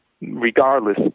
Regardless